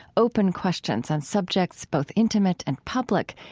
open questions on subjects both intimate and public,